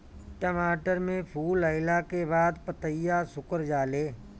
टमाटर में फूल अईला के बाद पतईया सुकुर जाले?